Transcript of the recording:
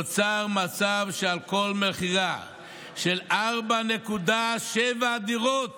נוצר מצב שעל כל מכירה של 4.7 דירות